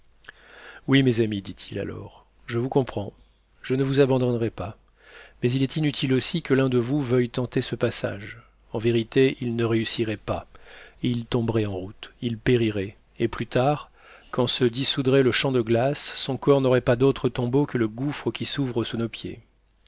oui mes amis dit-il alors je vous comprends je ne vous abandonnerai pas mais il est inutile aussi que l'un de vous veuille tenter ce passage en vérité il ne réussirait pas il tomberait en route il périrait et plus tard quand se dissoudrait le champ de glace son corps n'aurait pas d'autre tombeau que le gouffre qui s'ouvre sous nos pieds